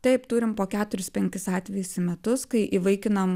taip turim po keturis penkis atvejus į metus kai įvaikinam